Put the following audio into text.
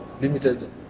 limited